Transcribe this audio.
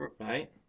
Right